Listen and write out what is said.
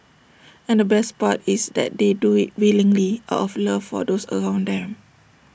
and the best part is that they do IT willingly out of love for those around them